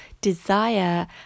desire